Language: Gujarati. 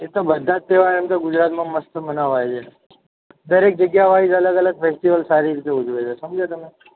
એ તો બધા જ તહેવાર એમ તો ગુજરાતમાં મસ્ત મનાવાય છે દરેક જગ્યા વાઇસ અલગ અલગ ફેસ્ટિવલ સારી રીતે ઉજવે છે સમજ્યા તમે